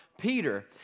Peter